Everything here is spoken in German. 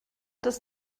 das